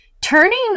Turning